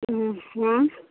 हूँ